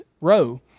row